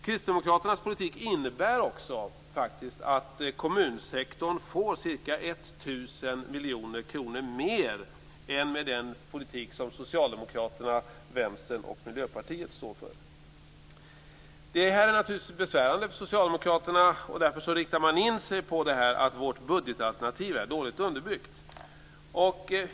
Kristdemokraternas politik innebär faktiskt också att kommunsektorn får ca 1 000 miljoner kronor mer än med den politik som Socialdemokraterna, Vänstern och Miljöpartiet står för. Det är naturligtvis besvärande för Socialdemokraterna, och därför riktar man in sig på att vårt budgetalternativ är dåligt underbyggt.